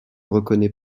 reconnaît